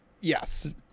Yes